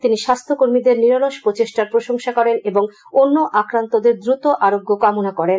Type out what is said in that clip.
তিনি স্বাস্থ্য কর্মীদের নিরলস প্রচেষ্টার প্রশংসা করেন এবং অন্য আক্রান্তদের দ্রুত আরোগ্য কামনা করেন